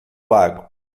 lago